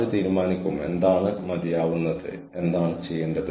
സർട്ടിഫിക്കറ്റുകളുടെ ക്രമം ഞാൻ കണ്ടു